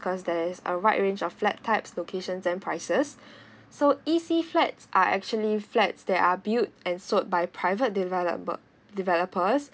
cause there is a wide range of flat types locations and prices so easy flats are actually flats there are build and sold by private developer developers